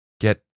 get